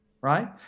right